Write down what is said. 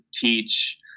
teach